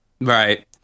right